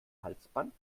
halsband